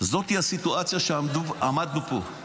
זאת הסיטואציה שעמדנו פה,